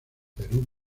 perú